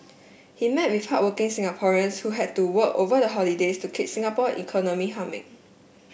he met with hardworking Singaporeans who had to work over the holidays to keep Singapore economy humming